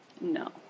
No